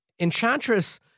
Enchantress